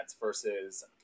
versus